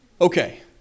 okay